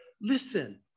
listen